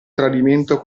tradimento